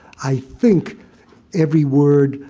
i think every word,